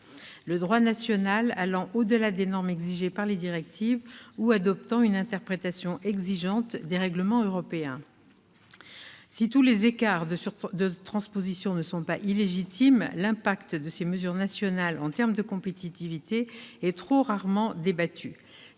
le droit national allant au-delà des normes exigées par les directives ou adoptant une interprétation exigeante des règlements européens. Si tous les écarts de transposition ne sont pas illégitimes, l'impact de ces mesures nationales en termes de compétitivité est trop rarement débattu.